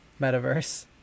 metaverse